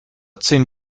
zehn